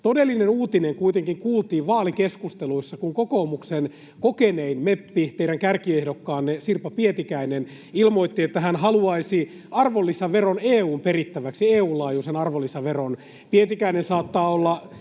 Todellinen uutinen kuitenkin kuultiin vaalikeskusteluissa, kun kokoomuksen kokenein meppi, teidän kärkiehdokkaanne Sirpa Pietikäinen ilmoitti, että hän haluaisi arvonlisäveron EU:n perittäväksi — EU-laajuisen arvonlisäveron. Pietikäinen saattaa olla